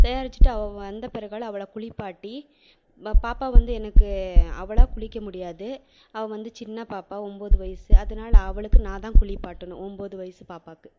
தயாரிச்சிவிட்டு அவ வந்த பிறகால அவளை குளிப்பாட்டி பாப்பா வந்து எனக்கு அவளாக குளிக்க முடியாது அவ வந்து சின்ன பாப்பா ஒம்பது வயசு அதனால அவளுக்கு நான் தான் குளிப்பாட்டணும் ஒம்பது வயசு பாப்பாவுக்கு